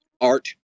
Art